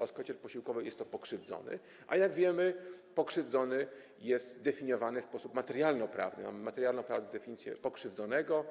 Oskarżyciel posiłkowy to pokrzywdzony, a jak wiemy, pokrzywdzony jest definiowany w sposób materialnoprawny, mamy materialnoprawną definicję pokrzywdzonego